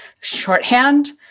shorthand